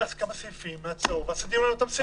כמה סעיפים, נעצור, ונתייחס לאותם סעיפים.